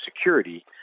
security